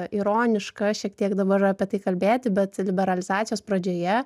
ironiška šiek tiek dabar apie tai kalbėti bet liberalizacijos pradžioje